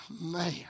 Man